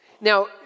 Now